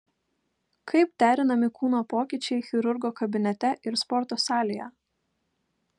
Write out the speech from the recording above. kaip derinami kūno pokyčiai chirurgo kabinete ir sporto salėje